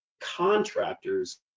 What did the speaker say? contractors